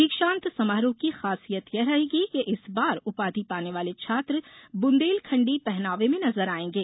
दीक्षान्त समारोह की खासियत यह रहेगी कि इस बार उपाधि पाने वाले छात्र बुन्देलखण्डी पहनावे में नजर आयेंगे